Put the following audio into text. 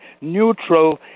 neutral